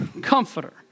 comforter